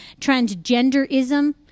transgenderism